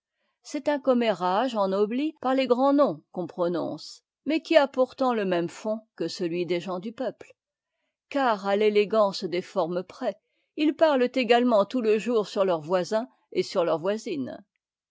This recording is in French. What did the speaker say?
c'est un commérage ennobh par les grands noms qu'on prononce mais qui a pourtant le même fond que cetui'des gens du peuple car àt'étégancedes formes près ils parlent également tout le jour sur leurs voisins et sur leurs voisines